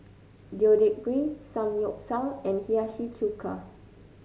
Deodeok Gui Samgyeopsal and Hiyashi Chuka